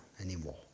anymore